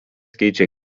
keičia